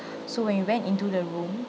so when we went into the room